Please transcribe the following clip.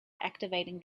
activating